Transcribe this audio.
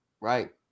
right